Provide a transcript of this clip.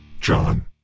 John